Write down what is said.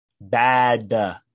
bad